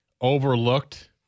overlooked